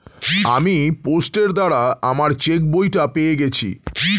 আমি পোস্টের দ্বারা আমার চেকবইটা পেয়ে গেছি